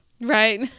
Right